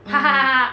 mm